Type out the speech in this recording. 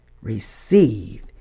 receive